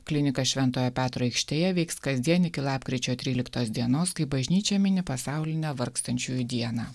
klinika šventojo petro aikštėje veiks kasdien iki lapkričio tryliktos dienos kai bažnyčia mini pasaulinę vargstančiųjų dieną